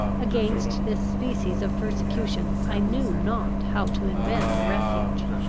against this species of persecution i knew not how to invent a refuge.